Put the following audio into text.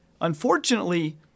Unfortunately